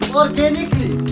organically